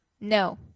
no